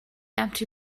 empty